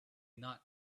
not